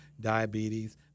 diabetes